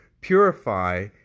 purify